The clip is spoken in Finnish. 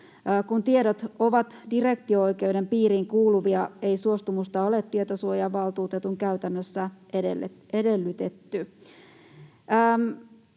Kun tiedot ovat direktio-oikeuden piiriin kuuluvia, ei suostumusta ole tietosuojavaltuutetun käytännössä edellytetty.